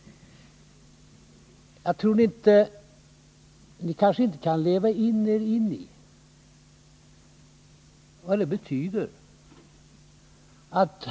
Ni kanske inte kan leva er in i vad det betyder.